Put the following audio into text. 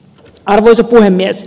arvoisa puhemies